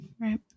Right